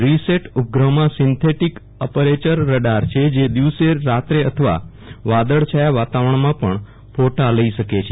reset ઉપગ્રહમાં synthetic aperture radar છે જે દિવસે રાત્રે અથવા વાદળ છાયા વાતાવરણમાં પણ ફોટા લઈ શકે છે